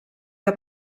que